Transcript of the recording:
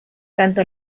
tanto